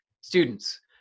students